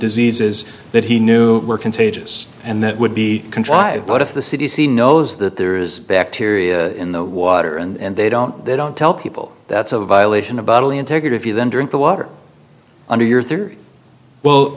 diseases that he knew were contagious and that would be contrived but if the c d c knows that there is bacteria in the water and they don't they don't tell people that's a violation of bodily integrity if you then drink the water under your